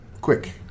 Quick